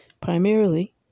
primarily